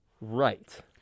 right